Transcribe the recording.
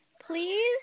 please